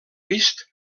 vist